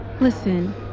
Listen